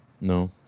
No